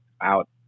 out